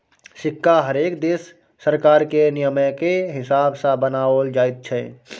सिक्का हरेक देशक सरकार केर नियमकेँ हिसाब सँ बनाओल जाइत छै